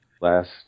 Last